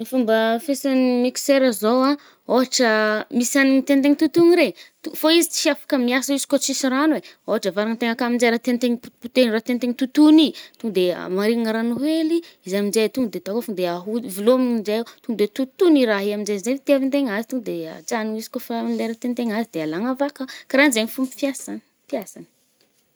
Ny fomba fiasan’ny mixeur zao a, ôhatra misy anigny tiàntegna totogna re, to-foà izy tsy afaka miasa izy koà tsisy rano eh, ôhatra avàrantegna akà aminje raha tiàntegna potipoteàgna, raha tiàntegna totogny i ,to de moàrignina rano hely, izy aminje to de tahôfagna de ahodi-velomigny njeo, to de totogny i raha Ie aminje, zay itiavàntegna azy. To de ajanogny izy kô fà amy lera tiàntegna azy de alàgna avàkà. karahanzayy fô fiasa-fiasagny.